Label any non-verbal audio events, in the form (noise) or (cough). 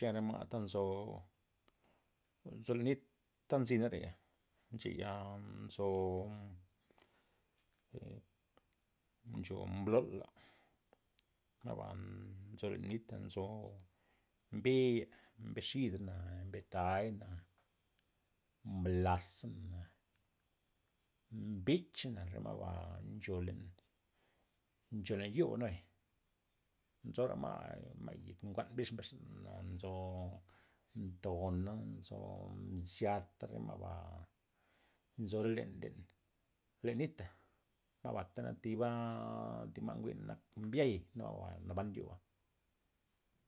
Chora ma' ta nzo nzo lo nit ta nzina reya', ncheya nzo (hesitation) ncho mblol'a ma'ba nzo len nita nzo mbe, mbe xidana, mbe tay'na, mblazana, mbichana re ma'ba ncho len ncho len yubana bay, nzora ma' ma' yid yid nguan bix mbesxa na nzo- nzo ntona' nzo mzyata' re ma'ba, nzo len- len len nita' ma'bata nak tiba ti ma' njwin nak mbia'y nu ma'ba naban lo yo'ba.